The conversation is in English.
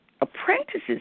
Apprentices